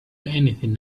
anything